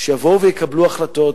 שיבואו ויקבלו החלטות,